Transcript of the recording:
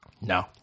No